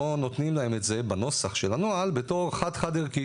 פה נותנים להם את זה בנוסח של הנוהל בתור חד חד-ערכי